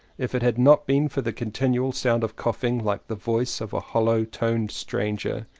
if it had not been for the continual sound of coughing, like the voice of a hollow-toned stranger,